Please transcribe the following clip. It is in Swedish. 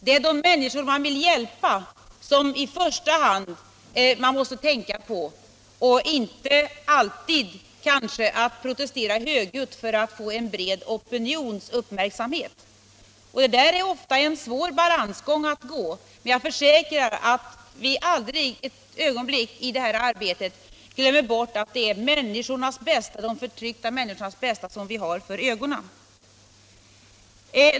Man måste i första hand tänka på de människor som man försöker hjälpa, och inte bara protestera högljutt för att få en bred opinions uppmärksamhet. Det innebär ofta en svår balansgång, men jag försäkrar att vi aldrig ett ögonblick i vårt arbete glömmer bort att det är de förtryckta människornas bästa vi skall ha för ögonen.